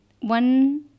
one